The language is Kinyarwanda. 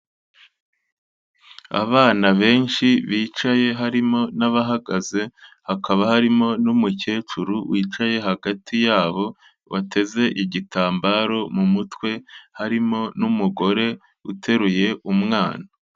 Abana benshi bicaye harimo n'abahagaze, hakaba harimo n'umukecuru wicaye hagati yabo, wateze igitambaro mu mutwe, harimo n'umugore uteruye umwana.